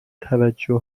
توجه